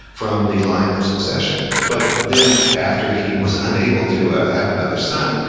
from the line of succession but then, after he was unable to have another son,